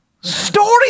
story